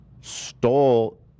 stole